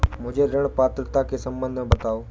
मुझे ऋण पात्रता के सम्बन्ध में बताओ?